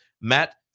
Matt